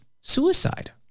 suicide